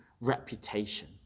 reputation